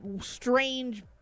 strange